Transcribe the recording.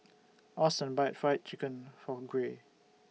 Auston bought Fried Chicken For Gray